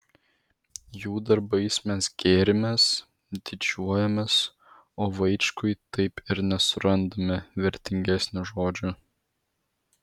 jų darbais mes gėrimės didžiuojamės o vaičkui taip ir nesurandame vertingesnio žodžio